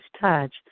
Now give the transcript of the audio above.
touch